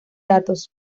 datos